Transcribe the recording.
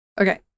Okay